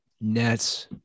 nets